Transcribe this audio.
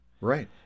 Right